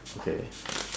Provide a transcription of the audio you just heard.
okay